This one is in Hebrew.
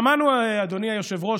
אדוני היושב-ראש,